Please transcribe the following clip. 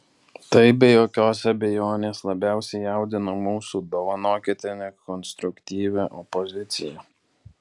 tai be jokios abejonės labiausiai jaudina mūsų dovanokite nekonstruktyvią opoziciją